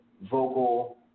vocal